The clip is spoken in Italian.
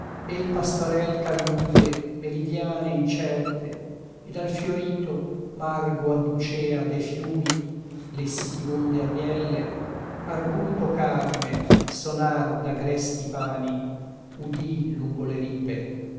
il pastorel ch'all'ombre meridiane incerte ed al fiorito margo adducea de fiumi le sitibonde agnelle arguto carme sonar d'agresti pani udì lungo le ripe